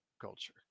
Culture